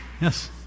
Yes